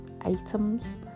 items